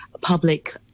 public